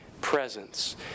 presence